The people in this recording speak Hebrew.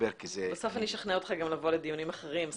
בסוף אני אשכנע אותך לבוא גם לדיונים אחרים.